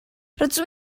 rydw